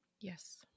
Yes